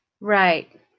Right